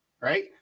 right